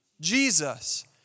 Jesus